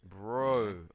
bro